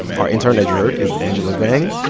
our intern, as you heard, is angela vang.